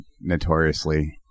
notoriously